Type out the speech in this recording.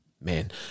man